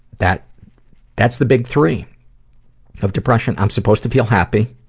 that that's the big three of depression i'm supposed to feel happy,